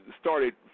started